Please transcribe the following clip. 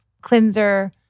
cleanser